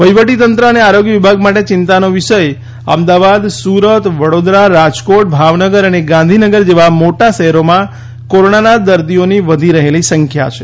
વહિવટીતંત્ર અને આરોગ્ય વિભાગ માટે ચિંતાનો વિષય અમદાવાદ સુરત વડોદરા રાજકોટ ભાવનગર અને ગાંધીનગર જેવા મોટા શહેરોમાં કોરોનાના દર્દીઓની વધી રહેલી સંખ્યા છે